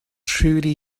truly